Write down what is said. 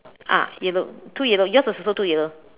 ah yellow two yellow yours is also two yellow